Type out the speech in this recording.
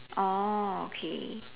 oh okay